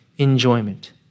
enjoyment